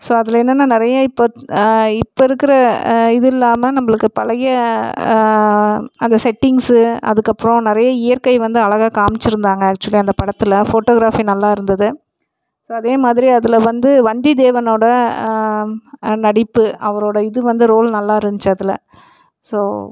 so அதில் என்னென்னா நிறைய இப்போ இப்போ இருக்கிற இது இல்லாமல் நம்புளுக்கு பழைய அந்த செட்டிங்ஸு அதுக்கப்றோம் நிறைய இயற்கை வந்து அழகாக காம்ச்சிருந்தாங்க ஆக்ஷுவல்லி அந்த படத்தில் ஃபோட்டோக்ராஃபி நல்லா இருந்துது ஸோ அதே மாதிரி அதில் வந்து வந்தியத்தேவனோட நடிப்பு அவரோட இது வந்து ரோல் நல்லாருந்ச்சு அதில் ஸோ